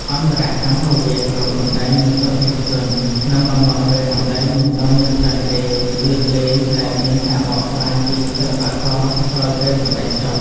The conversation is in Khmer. អន្តរកម្មរវាងក្រុមសម្តែង និងទស្សនិកជន ក្នុងអំឡុងពេលសម្ដែងមិនសូវមានច្រើនទេ លើកលែងតែមានការបកស្រាយពីសិល្បករក្រោយពេលសម្តែងចប់។